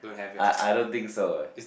I I don't think so